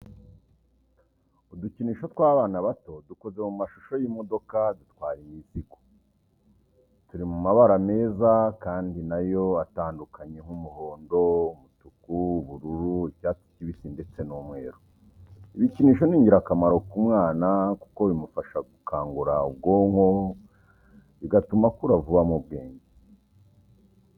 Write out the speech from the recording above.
Udukinisho tw'abana bato dukoze mu mashusho y'imodoka dutwara imizigo, turi mu mabara meza kandi na yo atandukanye, nk'umuhondo, umutuku, ubururu, icyatsi kibisi ndetse n'umweru. Ibikinisho ni ingirakamaro ku mwana kuko bimufasha gukangura ubwonko, bigatuma akura vuba mu bwenge.